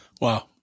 Wow